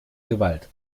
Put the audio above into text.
gewalt